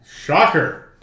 Shocker